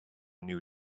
new